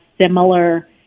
similar